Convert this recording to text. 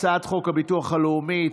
הצעת חוק הביטוח הלאומי.